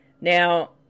Now